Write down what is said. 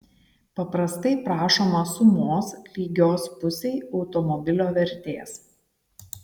paprastai prašoma sumos lygios pusei automobilio vertės